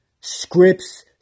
scripts